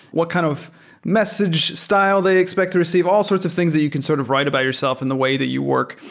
what kind of message style they expect to receive? all sorts of things that you can sort of write about yourself and the way that you work.